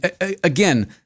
again